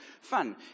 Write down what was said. fun